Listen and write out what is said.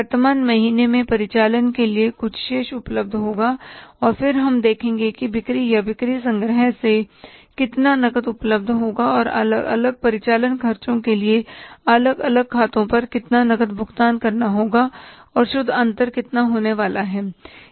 वर्तमान महीने में परिचालन के लिए कुछ शेष उपलब्ध होगा और फिर हम देखेंगे कि बिक्री या बिक्री संग्रह से कितना नकद उपलब्ध होगा और अलग अलग परिचालन खर्चों के लिए अलग अलग खातों पर कितना नकद भुगतान करना होगा और शुद्ध अंतर कितना होने वाला है